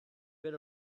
been